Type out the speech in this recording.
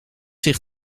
zich